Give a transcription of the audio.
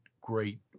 great